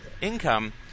income